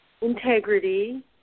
integrity